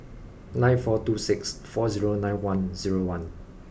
nine four two six four zero nine one zero one